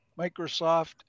Microsoft